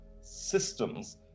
systems